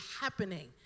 happening